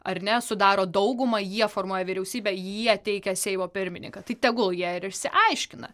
ar ne sudaro daugumą jie formuoja vyriausybę jie teikia seimo pirmininką tai tegul jie ir išsiaiškina